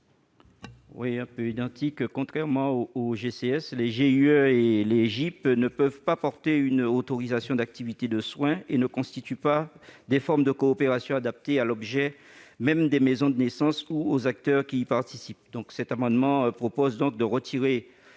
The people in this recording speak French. l'amendement n° 397. Contrairement aux GCS, les GIE et les GIP ne peuvent pas porter une autorisation d'activité de soins et ne constituent pas des formes de coopération adaptées à l'objet même des maisons de naissance ou aux acteurs qui y participent. Cet amendement vise donc à retirer